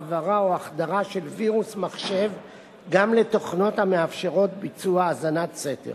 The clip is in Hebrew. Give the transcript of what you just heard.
העברה או החדרה של וירוס מחשב גם לתוכנות המאפשרות ביצוע האזנת סתר.